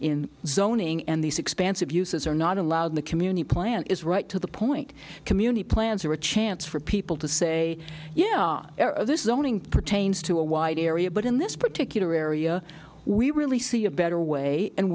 zone and these expansive uses are not allowed in the community plan is right to the point community plans are a chance for people to say yeah this is owning pertains to a wide area but in this particular area we really see a better way and